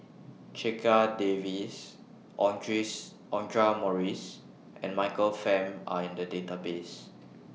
Checha Davies Audra Morrice and Michael Fam Are in The Database